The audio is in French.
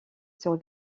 sur